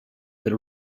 per